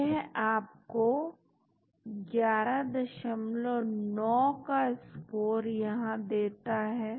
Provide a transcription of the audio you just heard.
यह आपको 119 का स्कोर यहां देता है